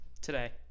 Today